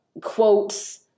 quotes